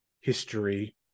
history